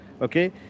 Okay